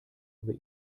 über